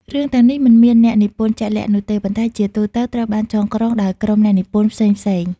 រឿងទាំងនេះមិនមានអ្នកនិពន្ធជាក់លាក់នោះទេ ប៉ុន្តែជាទូទៅត្រូវបានចងក្រងដោយក្រុមអ្នកនិពន្ធផ្សេងៗ។